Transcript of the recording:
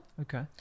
okay